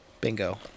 Bingo